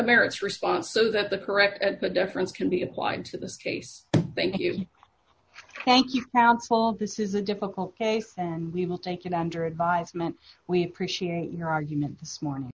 merits response so that the correct at the difference can be applied to this case thank you thank you counsel this is a difficult case and we will taken under advisement we appreciate your argument this morning